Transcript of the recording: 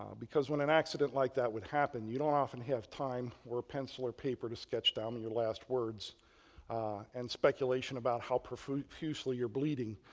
because when an accident like that would happen, you don't often have time or a pencil or paper to sketch down your last words and speculation about how profusely you're bleeding.